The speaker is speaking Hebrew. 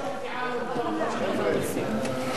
אם ראש הסיעה,